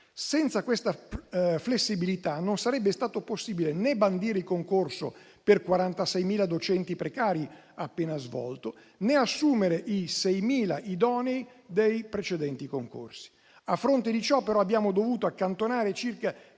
Senza questa flessibilità, non sarebbe stato possibile né bandire il concorso per 46.000 docenti precari appena svolto, né assumere i 6.000 idonei dei precedenti concorsi. A fronte di ciò, però, abbiamo dovuto accantonare circa